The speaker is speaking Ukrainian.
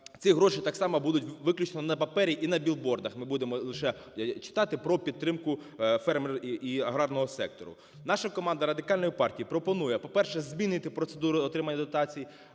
ці гроші так само будуть виключно на папері і набілбордах ми будемо лише читати про підтримку фермерів і аграрного сектору. Наша команда Радикальної партії пропонує: по-перше, змінити процедуру отримання дотацій,